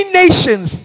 nations